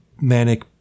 manic